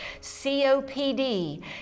COPD